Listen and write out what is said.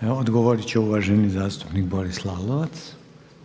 **Reiner, Željko (HDZ)** Hvala.